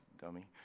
dummy